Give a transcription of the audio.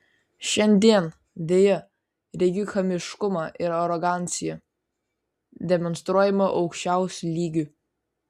šiandien deja regiu chamiškumą ir aroganciją demonstruojamą aukščiausiu lygiu